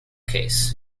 case